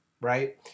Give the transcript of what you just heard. right